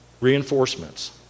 reinforcements